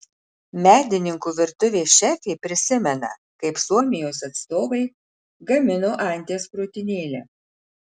medininkų virtuvės šefė prisimena kaip suomijos atstovai gamino anties krūtinėlę